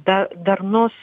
ta darnus